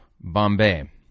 Bombay